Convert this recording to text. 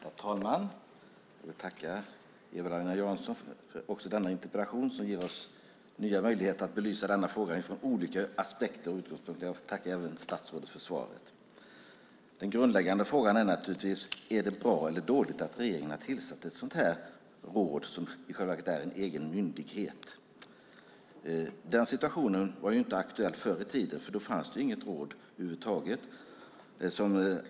Herr talman! Jag vill tacka Eva-Lena Jansson också för denna interpellation som ger oss nya möjligheter att belysa denna fråga från olika aspekter. Jag tackar även statsrådet för svaret. Den grundläggande frågan är naturligtvis: Är det bra eller dåligt att regeringen har tillsatt ett sådant här råd som i själva verket är en egen myndighet? Denna situation var inte aktuell förr i tiden, för då fanns det inget råd över huvud taget.